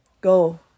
Go